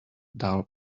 dull